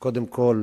קודם כול